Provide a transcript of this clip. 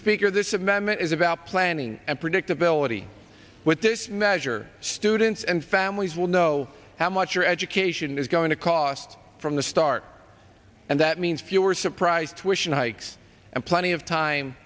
speaker this amendment is about planning and predictability with this measure students and families will know how much your education is going to cost from the start and that means fewer surprise twist and hikes and plenty of time